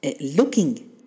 looking